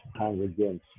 congregants